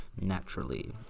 naturally